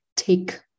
take